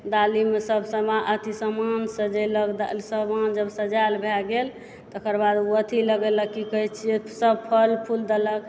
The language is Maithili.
दालिमे सभ समान अथि सभ समान सजेलक समान सभ समान जब सजाएल भए गेल तकर बाद ओ अथि लगैलक की कहए छिऐ सभ फल फूल देलक